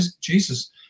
Jesus